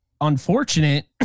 unfortunate